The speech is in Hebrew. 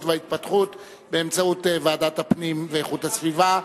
וההתפתחות באמצעות ועדת הפנים והגנת הסביבה.